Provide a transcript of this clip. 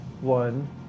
one